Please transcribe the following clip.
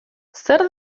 zer